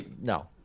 no